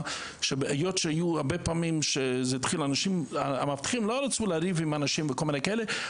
היות שהרבה פעמים אנשים המאבטחים לא רצו לריב עם אנשים וכל מיני כאלה,